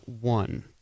one